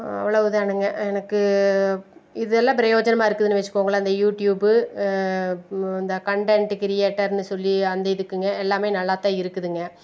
அவ்வளவு தானுங்க எனக்கு இதெல்லாம் பிரயோஜனமாக இருக்குதுன்னு வச்சுக்கோங்களேன் இந்த யூடியூபு இந்த கண்டன்டு கிரியேட்டர்னு சொல்லி அந்த இதுக்குங்க எல்லாமே நல்லா தான் இருக்குதுங்க